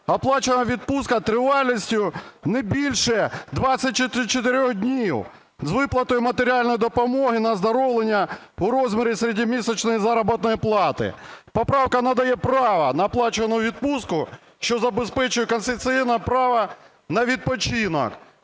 оплачувана відпустка тривалістю не більше 24 днів з виплатою матеріальної допомоги на оздоровлення в розмірі середньомісячної заробітної плати. Поправка надає право на оплачувану відпустку, що забезпечує конституційне право на відпочинок.